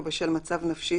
או בשל מצב נפשי,